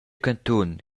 cantun